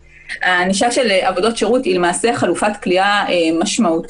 הענישה של עבודות שירות היא למעשה חלופת כליאה משמעותית,